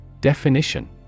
Definition